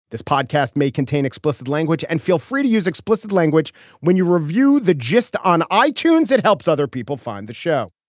this podcast may contain explicit language and feel free to use explicit language when you review the gist on itunes it helps other people find the show